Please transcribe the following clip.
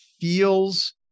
feels